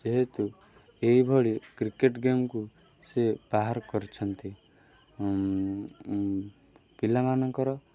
ଯେହେତୁ ଏଇଭଳି କ୍ରିକେଟ୍ ଗେମ୍କୁ ସିଏ ବାହାର କରିଛନ୍ତି ପିଲାମାନଙ୍କର